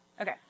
Okay